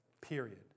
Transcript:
period